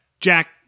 Jack